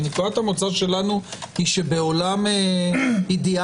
נקודת המוצא שלנו היא שבעולם אידיאלי